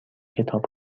کتاب